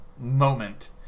moment